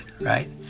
right